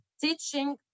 teaching